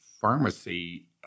pharmacy